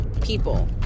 people